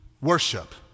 worship